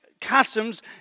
customs